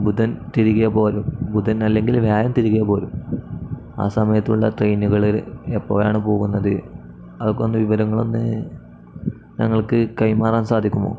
ബുധൻ തിരികെ പോരും ബുധൻ അല്ലെങ്കിൽ വ്യാഴം തിരികെ പോരും ആ സമയത്തുള്ള ട്രെയിനുകൾ എപ്പോഴാണ് പോകുന്നത് അതൊക്കെ ഒന്ന് വിവരങ്ങളൊന്ന് ഞങ്ങൾക്ക് കൈമാറാൻ സാധിക്കുമോ